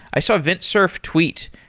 i saw vint cerf tweet,